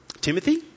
Timothy